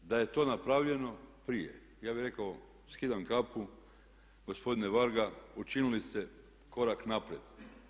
Da je to napravljeno prije, ja bih rekao, skidam kapu gospodine Varga, učinili ste korak naprijed.